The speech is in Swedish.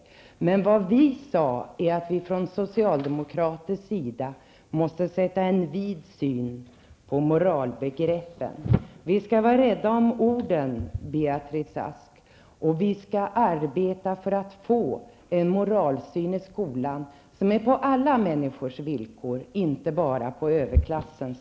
Däremot sade vi att från socialdemokratisk sida måste ha en vid syn på moralbegreppen. Vi skall vara rädda om orden, Beatrice Ask. Vi skall arbeta för att få en moralsyn i skolan som är på alla människors villkor, inte bara överklassens.